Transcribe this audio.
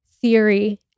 theory